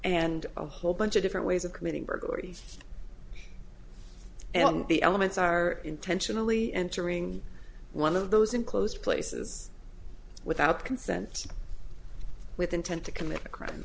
and a whole bunch of different ways of committing burglaries and on the elements are intentionally entering one of those enclosed places without consent with intent to commit a crime